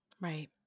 Right